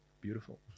beautiful